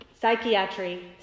Psychiatry